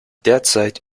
derzeit